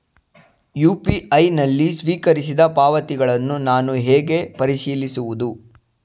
UPI ನಲ್ಲಿ ಸ್ವೀಕರಿಸಿದ ಪಾವತಿಗಳನ್ನು ನಾನು ಹೇಗೆ ಪರಿಶೀಲಿಸುವುದು?